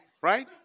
right